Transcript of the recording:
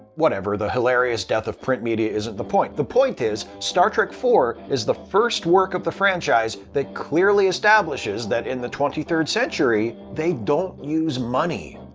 whatever, the hilarious death of print media isn't the point. the point is, star trek iv is the first work of the franchise that clearly establishes that in the twenty third century, they don't use money.